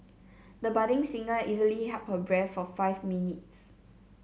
the budding singer easily held her breath for five minutes